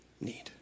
need